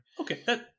Okay